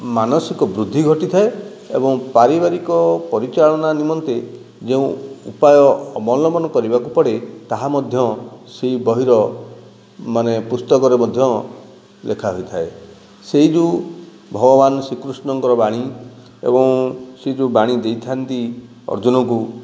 ମାନସିକ ବୃଦ୍ଧି ଘଟିଥାଏ ଏବଂ ପାରିବାରିକ ପରିଚାଳନା ନିମନ୍ତେ ଯେଉଁ ଉପାୟ ଅବଲମ୍ବନ କରିବାକୁ ପଡ଼େ ତାହା ମଧ୍ୟ ସେହି ବହିର ମାନେ ପୁସ୍ତକରେ ମଧ୍ୟ ଲେଖା ହୋଇଥାଏ ସେହି ଯେଉଁ ଭଗବାନ ଶ୍ରୀକୃଷ୍ଣଙ୍କର ବାଣୀ ଏବଂ ସେ ଯେଉଁ ବାଣୀ ଦେଇଥାନ୍ତି ଅର୍ଜୁନକୁ